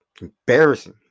embarrassing